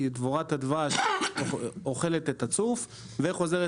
כי דבורת הדבש אוכלת את הצוף וחוזרת